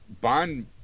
Bond